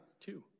Two